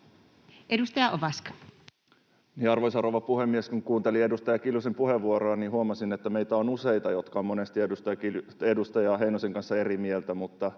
Content: Arvoisa rouva puhemies! Kun kuuntelin edustaja Kiljusen puheenvuoroa, niin huomasin, että meitä on useita, jotka ovat monesti edustaja Heinosen kanssa eri mieltä,